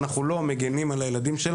אנחנו לא מגינים על ילדינו,